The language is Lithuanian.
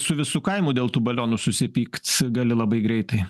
su visu kaimu dėl tų balionų susipykt gali labai greitai